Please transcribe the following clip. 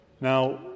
Now